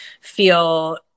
feel